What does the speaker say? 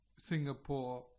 Singapore